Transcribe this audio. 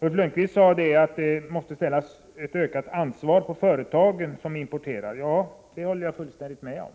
Ulf Lönnqvist sade att det måste läggas ett ökat ansvar på de företag som importerar. Det håller jag fullständigt med om.